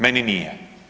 Meni nije.